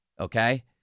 Okay